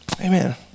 Amen